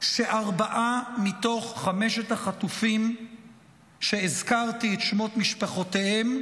שארבעה מתוך חמשת החטופים שהזכרתי את שמות משפחותיהם,